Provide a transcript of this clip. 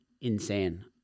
insane